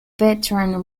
veteran